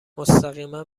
مستقیما